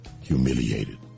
humiliated